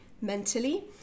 mentally